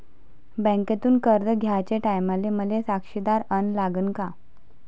बँकेतून कर्ज घ्याचे टायमाले मले साक्षीदार अन लागन का?